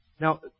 Now